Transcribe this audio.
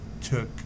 took